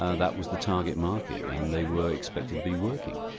ah that was the target market, and they were expected to be working.